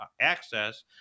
access